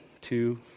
two